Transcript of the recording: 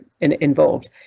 involved